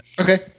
Okay